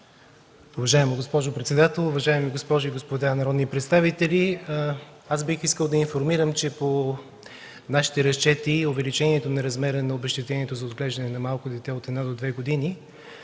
Уважаема госпожо председател, уважаеми госпожи и господа народни представители, бих искал да Ви информирам, че по нашите разчети увеличението на размера на обезщетението за отглеждане на малко дете от една до две години